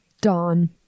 Dawn